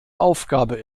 aufgabe